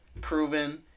proven